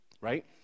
right